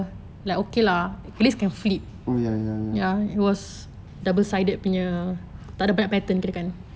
oh ya ya ya